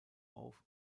auf